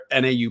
NAU